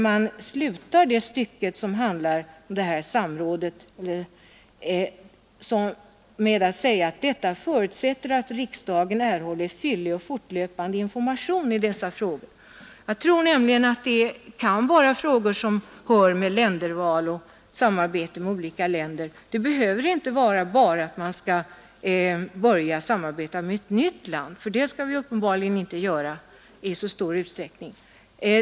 Man slutar det stycke som handlar om samrådet med att säga: ”Detta förutsätter att riksdagen erhåller fyllig och fortlöpande information i dessa frågor.” Jag tror nämligen att samrådet bör gälla frågor som hör samman med länderval och samarbete med olika länder. Det behöver inte bara gälla i fråga om samarbete med ett nytt land, eftersom det uppenbarligen icke skall förekomma i så stor utsträckning.